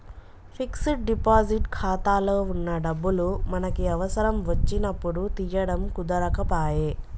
fixed deposit ఖాతాలో వున్న డబ్బులు మనకి అవసరం వచ్చినప్పుడు తీయడం కుదరకపాయె